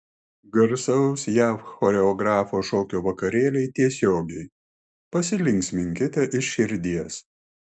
garsaus jav choreografo šokio vakarėliai tiesiogiai pasilinksminkite iš širdies